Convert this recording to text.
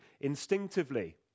instinctively